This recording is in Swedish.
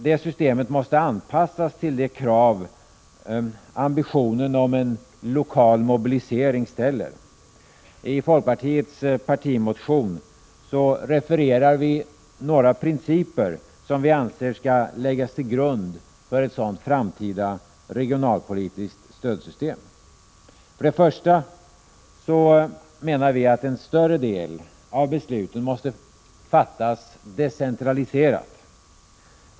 Det systemet måste anpassas till de krav ambitionen om en lokal mobilisering ställer. I folkpartiets partimotion refererar vi några principer som vi anser skall läggas till grund för ett sådant framtida regionalpolitiskt stödsystem. För det första, menar vi, måste en större del av besluten fattas decentraliserat.